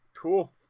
Cool